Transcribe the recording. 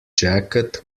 jacket